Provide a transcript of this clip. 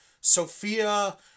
Sophia